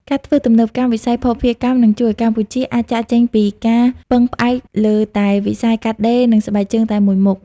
ការធ្វើទំនើបកម្មវិស័យភស្តុភារកម្ម នឹងជួយឱ្យកម្ពុជាអាចចាកចេញពីការពឹងផ្អែកលើតែវិស័យកាត់ដេរ និងស្បែកជើងតែមួយមុខ។